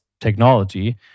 technology